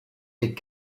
est